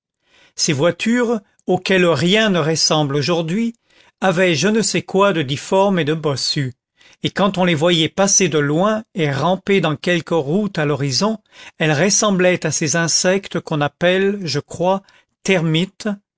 ces voitures auxquelles rien ne ressemble aujourd'hui avaient je ne sais quoi de difforme et de bossu et quand on les voyait passer de loin et ramper dans quelque route à l'horizon elles ressemblaient à ces insectes qu'on appelle je crois termites